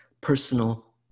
personal